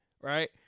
right